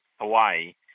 Hawaii